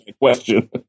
question